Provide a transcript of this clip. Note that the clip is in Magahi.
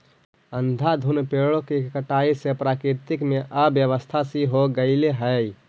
अंधाधुंध पेड़ों की कटाई से प्रकृति में अव्यवस्था सी हो गईल हई